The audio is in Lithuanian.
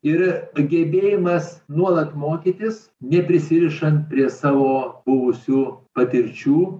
ir gebėjimas nuolat mokytis neprisirišant prie savo buvusių patirčių